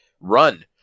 run